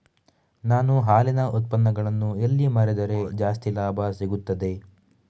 ನಾನು ಹಾಲಿನ ಉತ್ಪನ್ನಗಳನ್ನು ಎಲ್ಲಿ ಮಾರಿದರೆ ಜಾಸ್ತಿ ಲಾಭ ಸಿಗುತ್ತದೆ?